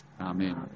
Amen